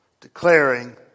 declaring